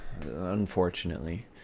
unfortunately